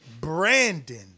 Brandon